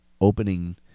opening